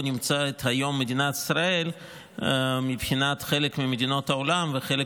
נמצאת היום מדינת ישראל מבחינת חלק ממדינות העולם וחלק